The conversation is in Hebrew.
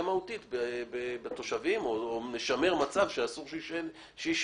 מהותית בתושבים או משמר מצב שאסור שיישאר.